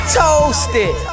toasted